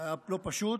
לא פשוט.